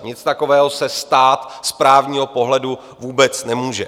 Něco takového se stát z právního pohledu vůbec nemůže.